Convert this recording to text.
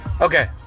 Okay